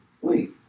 wait